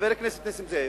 חבר הכנסת נסים זאב,